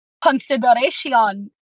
consideration